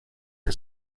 que